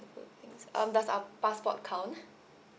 um does our passport count